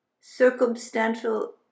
circumstantial